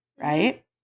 Right